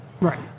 Right